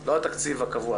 לא התקציב הקבוע.